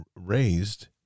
raised